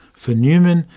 for newman,